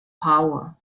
power